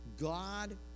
God